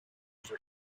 over